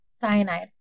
Cyanide